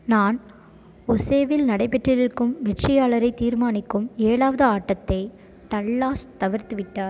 நான் ஒசேவில் நடைபெற்றிருக்கும் வெற்றியாளரைத் தீர்மானிக்கும் ஏழாவது ஆட்டத்தை டல்லாஸ் தவிர்த்துவிட்டார்